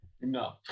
No